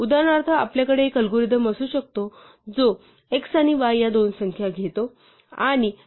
उदाहरणार्थ आपल्याकडे एक अल्गोरिदम असू शकतो जो x आणि y या दोन संख्या घेतो आणि x चा पॉवर y कॉम्पूट करतो